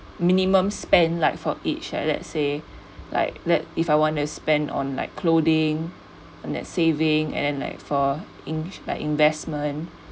minimum spend like for each like let's say like like if I want to spend on like clothing on that saving and like for ins~ like investment